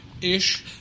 Ish